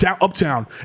uptown